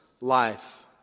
life